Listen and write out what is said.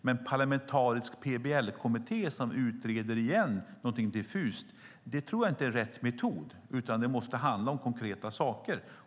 Men en parlamentarisk PBL-kommitté som igen utreder någonting diffust tror jag inte är rätt metod. Det måste handla om konkreta saker.